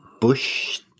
bush